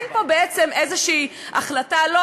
אין פה בעצם איזו החלטה: לא,